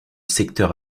secteur